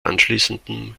anschließendem